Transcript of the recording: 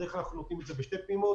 בדרך כלל אנחנו נותנים את זה בשתי פעימות,